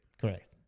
Correct